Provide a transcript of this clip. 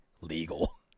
legal